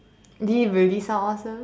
did it really sound awesome